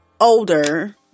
older